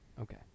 Okay